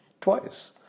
twice